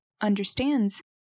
understands